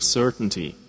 certainty